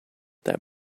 that